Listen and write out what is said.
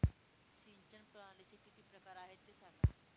सिंचन प्रणालीचे किती प्रकार आहे ते सांगा